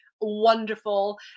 wonderful